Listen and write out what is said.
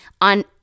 on